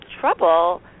trouble